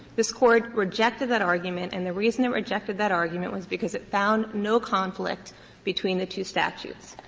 this court rejected that argument, and the reason it rejected that argument was because it found no conflict between the two statutes.